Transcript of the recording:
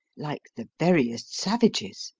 like the veriest savages